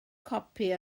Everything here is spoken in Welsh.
copi